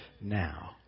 now